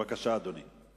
בסך הכול אני אתכם.